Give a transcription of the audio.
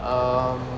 um